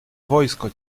wojsko